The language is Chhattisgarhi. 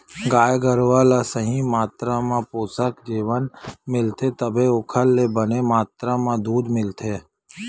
गाय गरूवा ल सही मातरा म पोसक जेवन मिलथे तभे ओखर ले बने मातरा म दूद मिलथे